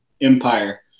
empire